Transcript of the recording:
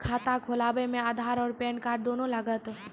खाता खोलबे मे आधार और पेन कार्ड दोनों लागत?